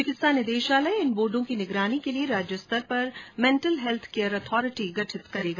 चिकित्सा निदेशालय इन बोर्डो की निगरानी के लिये राज्य स्तर पर मेंटल हैल्थ केयर अथोरिटी गठित करेगा